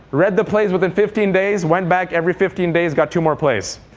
read the plays within fifteen days, went back every fifteen days, got two more plays.